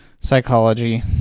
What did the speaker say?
psychology